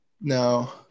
No